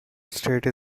estate